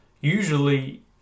usually